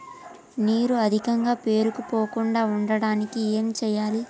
నీరు అధికంగా పేరుకుపోకుండా ఉండటానికి ఏం చేయాలి?